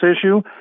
issue